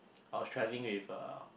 I was travelling with uh